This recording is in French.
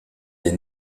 des